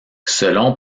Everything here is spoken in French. selon